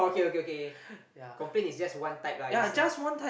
okay okay okay complain is just one type lah it's like